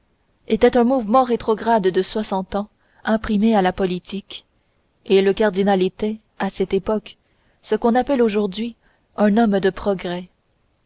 était un mouvement rétrograde de soixante ans imprimé à la politique et le cardinal était à cette époque ce qu'on appelle aujourd'hui un homme de progrès